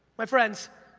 my friends,